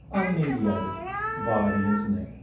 unmediated via the internet.